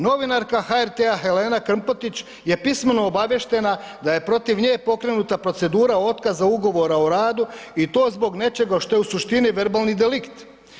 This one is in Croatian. Novinarka HRT-a Helena Krmpotić je pismeno obaviještena da je protiv nje pokrenuta procedura otkaza Ugovora o radu i to zbog nečega što je u suštini verbalni delikt.